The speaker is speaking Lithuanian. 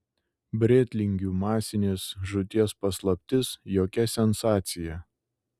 brėtlingių masinės žūties paslaptis jokia sensacija